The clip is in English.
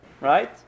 Right